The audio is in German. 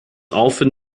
aufwind